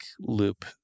loop